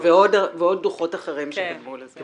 כן, וגם היו דוחות אחרים שגרמו לזה.